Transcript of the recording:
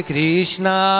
Krishna